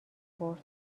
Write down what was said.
برد